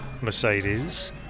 mercedes